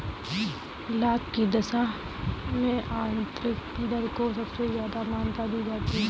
लाभ की दशा में आन्तरिक दर को सबसे ज्यादा मान्यता दी जाती है